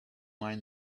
mind